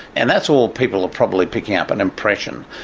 and that's all people are probably picking up an impression.